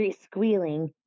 squealing